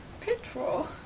Petrol